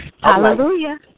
Hallelujah